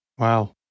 Wow